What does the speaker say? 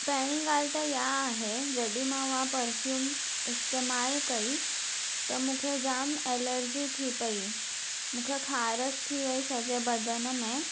पहिरीं ॻाल्हि त इहा आहे जॾहिं मां हूअ परफ्यूम इस्तेमालु कई त मूंखे जाम एलर्जी थी पई मूंखे ख़ारशु थी वई सॼे बदनि में